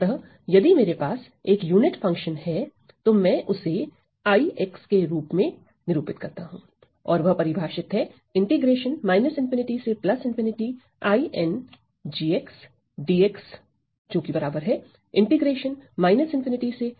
अतः यदि मेरे पास एक यूनिट फंक्शन है तो मैं उसे I से निरूपित करता हूं और वह परिभाषित है से